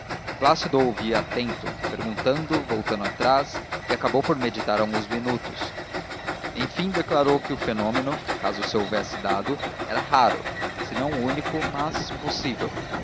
plácido ouvia atento perguntando voltando atrás e acabou por meditar alguns minutos enfim declarou que o fenômeno caso se houvesse dado era raro se não único mas possível